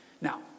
Now